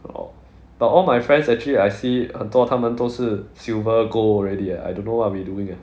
orh but all my friends actually I see 很多他们都是 silver gold already ah I don't know what we doing ah